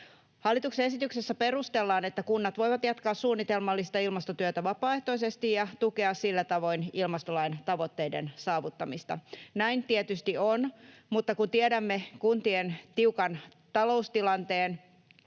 Hallituksen esityksessä perustellaan, että kunnat voivat jatkaa suunnitelmallista ilmastotyötä vapaaehtoisesti ja tukea sillä tavoin ilmastolain tavoitteiden saavuttamista. Näin tietysti on, mutta kun tiedämme kuntien tiukan taloustilanteen